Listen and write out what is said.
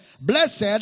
Blessed